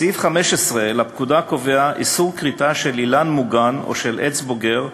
סעיף 15 לפקודה קובע איסור כריתה של אילן מוגן או של עץ בוגר,